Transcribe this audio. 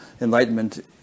enlightenment